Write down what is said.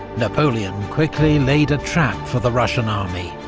napoleon quickly laid a trap for the russian army,